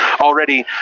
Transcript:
already